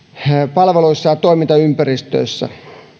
palveluissa ja toimintaympäristössä